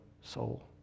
soul